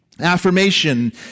Affirmation